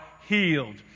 healed